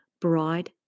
Bride